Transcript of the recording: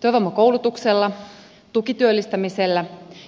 työvoimakoulutuksella tukityöllistämisellä